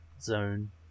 zone